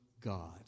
God